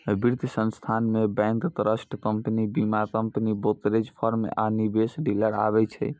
वित्त संस्थान मे बैंक, ट्रस्ट कंपनी, बीमा कंपनी, ब्रोकरेज फर्म आ निवेश डीलर आबै छै